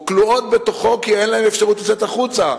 והן כלואות בתוכו כי אין להן אפשרות לצאת החוצה.